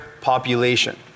population